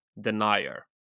denier